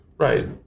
Right